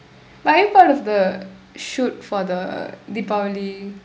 but are you part of the shoot for the the deepavali